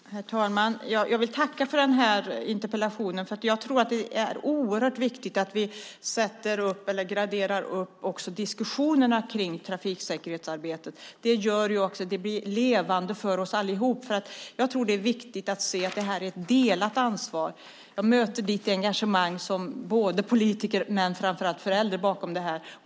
Herr talman! Jag vill tacka för den här interpellationen, för jag tror att det är oerhört viktigt att vi sätter upp, eller graderar upp, också diskussionerna kring trafiksäkerhetsarbetet. Det gör ju att det blir levande för oss allihop. Jag tror att det är viktigt att se att det här är ett delat ansvar. Jag möter ditt engagemang som både politiker och, framför allt, förälder bakom det här.